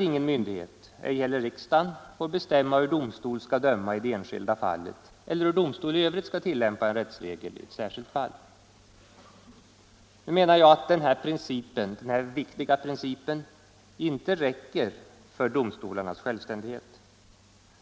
”Ingen myndighet, ej heller riksdagen, får bestämma, hur domstol skall döma i det enskilda fallet eller hur domstol i övrigt skall tillämpa rättsregel i särskilt fall.” Denna viktiga princip räcker emellertid inte för domstolarnas självständighet.